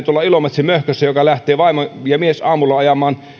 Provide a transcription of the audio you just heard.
tuolla ilomantsin möhkössä joka lähtee vaimo ja mies ajamaan